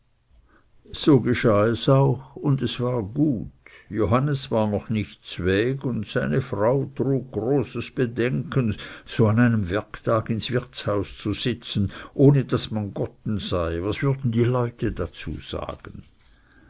so geschah es auch und es war gut johannes war noch nicht zweg und seine frau trug großes bedenken so an einem werktag ins wirtshaus zu sitzen ohne daß man gotte sei was würden die leute dazu sagen